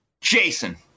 Jason